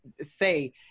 say